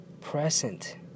present